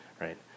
right